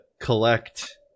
collect